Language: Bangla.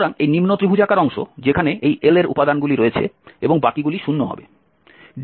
সুতরাং এটি নিম্ন ত্রিভুজাকার অংশ যেখানে এই L উপাদানগুলি রয়েছে এবং বাকিগুলি 0 হবে